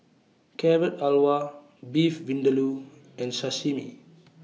Carrot Halwa Beef Vindaloo and Sashimi